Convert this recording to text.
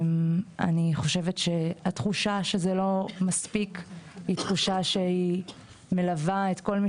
אני חושבת שהתחושה שזה לא מספיק היא תחושה שהיא מלווה את כל מי